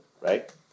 right